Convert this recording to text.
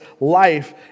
life